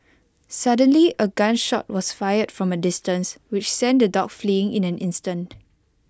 suddenly A gun shot was fired from A distance which sent the dogs fleeing in an instant